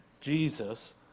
Jesus